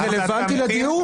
זה רלוונטי לדיון.